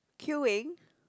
queueing